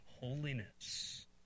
holiness